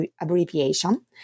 abbreviation